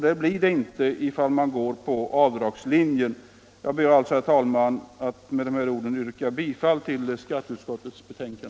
Så blir inte fallet, om man följer avdragslinjen. Herr talman! Med dessa ord yrkar jag bifall till skatteutskottets hemställan.